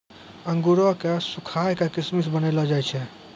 अंगूरो क सुखाय क किशमिश बनैलो जाय छै